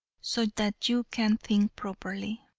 so that you can think properly.